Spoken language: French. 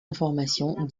informations